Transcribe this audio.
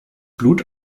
blut